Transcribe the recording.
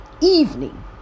evening